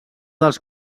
dels